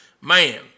Man